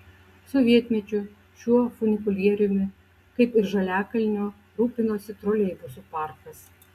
sovietmečiu šiuo funikulieriumi kaip ir žaliakalnio rūpinosi troleibusų parkas